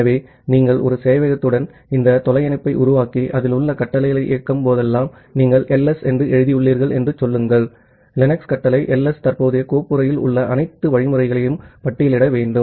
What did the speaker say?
ஆகவே நீங்கள் ஒரு சேவையகத்துடன் இந்த தொலை இணைப்பை உருவாக்கி அதில் உள்ள கமாண்ட்களை இயக்கும் போதெல்லாம் நீங்கள் "ls" என்று எழுதியுள்ளீர்கள் என்று சொல்லுங்கள் லினக்ஸ் கமாண்ட் ls தற்போதைய கோப்புறையில் உள்ள அனைத்து வழிமுறைகளையும் பட்டியலிட வேண்டும்